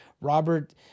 Robert